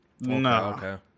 No